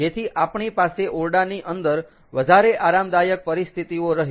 જેથી આપણી પાસે ઓરડાની અંદર વધારે આરામદાયક પરિસ્થિતિઓ રહે